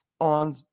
on